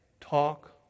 talk